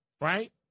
right